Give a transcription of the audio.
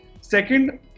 Second